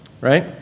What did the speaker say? right